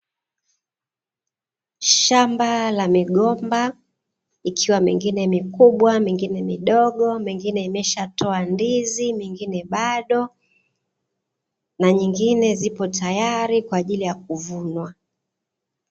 Shamba la migomba; ikiwa mengine mikubwa, mengine midogo, mengine imeshatoa ndizi, mengine bado, na nyingine zipo tayari kwa ajili ya kuvunwa.